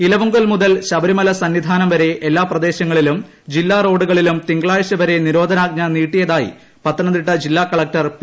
ഇലവുങ്കൽ മുതൽ ശബരിമല സന്നിധാനം വരെ എല്ലാട് പ്രദേശങ്ങളിലും ജില്ല റോഡുകളിലും തിങ്കളാഴ്ച വരെ നിരോധനാജ്ഞ നീട്ടിയതായി പത്തനംതിട്ട ജില്ല കളക്റ്റർ പി